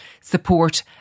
support